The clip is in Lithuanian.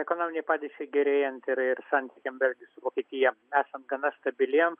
ekonominei padėčiai gerėjant ir ir santykiam su vokietija esant gana stabiliem